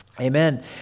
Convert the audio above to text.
Amen